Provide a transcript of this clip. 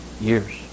Years